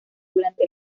durante